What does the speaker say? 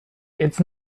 it’s